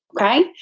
Okay